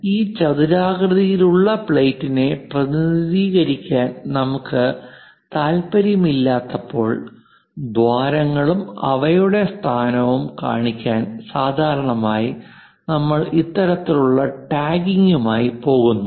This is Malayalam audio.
അതിനാൽ ഈ ചതുരാകൃതിയിലുള്ള പ്ലേറ്റിനെ പ്രതിനിധീകരിക്കാൻ നമുക്ക് താൽപ്പര്യമില്ലാത്തപ്പോൾ ദ്വാരങ്ങളും അവയുടെ സ്ഥാനവും കാണിക്കാൻ സാധാരണയായി നമ്മൾ ഇത്തരത്തിലുള്ള ടാഗിംഗുമായി പോകുന്നു